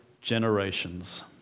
generations